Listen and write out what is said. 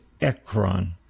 Ekron